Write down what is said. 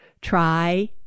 Try